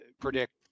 predict